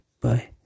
bye